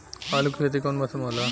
आलू के खेती कउन मौसम में होला?